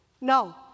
No